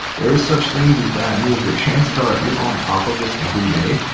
there is such things as bad news, but chances are if you're on top of this every day,